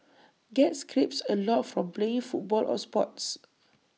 get scrapes A lot from playing football or sports